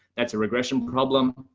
that's a r gression problem.